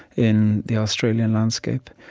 in the australian landscape.